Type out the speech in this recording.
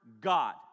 God